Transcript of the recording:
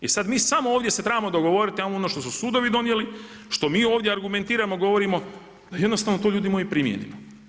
E sad, mi samo ovdje se trebamo dogovoriti ajmo ono što su sudovi donijeli, što mi ovdje argumentiramo, govorimo da jednostavno to ljudi moji primijenimo.